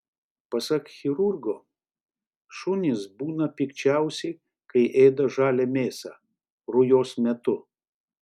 pasak chirurgo šunys būna pikčiausi kai ėda žalią mėsą rujos metu